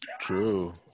true